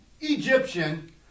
Egyptian